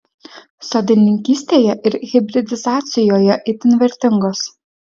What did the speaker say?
sodininkystėje ir hibridizacijoje itin vertingos